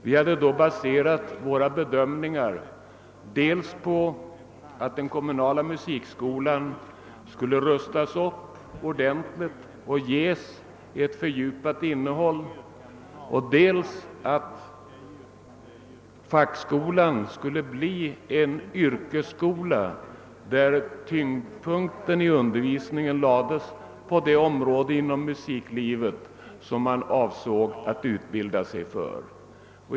Vi hade då baserat våra bedömningar dels på att den kommunala musikskolan skulle rustas upp ordentligt och ges ett fördjupat innehåll, dels på att fackskolan skulle bli en yrkesskola, där tyngdpunkten i undervisningen lades på det område inom musiklivet som man avsåg att utbilda sig för.